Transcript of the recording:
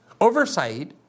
oversight